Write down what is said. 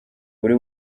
buri